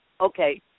Okay